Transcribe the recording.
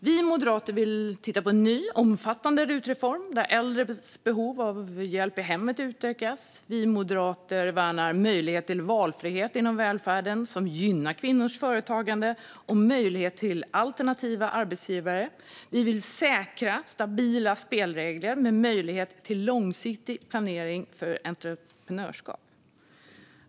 Vi moderater vill titta på en ny och omfattande rutreform, där äldres behov av hjälp i hemmet utökas. Vi moderater värnar valfrihet inom välfärden som gynnar kvinnors företagande och möjlighet till alternativa arbetsgivare. Vi vill säkra stabila spelregler med möjlighet till långsiktig planering för entreprenörskap.